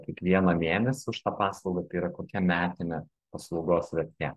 kiekvieną mėnesį už tą paslaugą tai yra kokia metinė paslaugos vertė